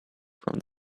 from